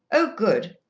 oh, good,